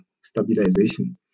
stabilization